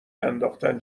انداختن